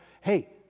Hey